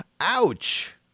ouch